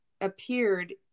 appeared